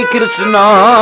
Krishna